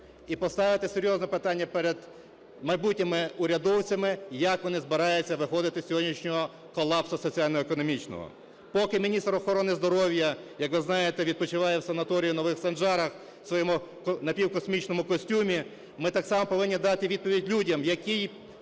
і поставити серйозно питання перед майбутніми урядовцями, як вони збираються виходити з сьогоднішнього колапсу соціально-економічного. Поки міністр охорони здоров'я, як ви знаєте, відпочиває в санаторії в Нових Санжарах в своєму напівкосмічному костюмі, ми так само повинні дати відповідь людям, в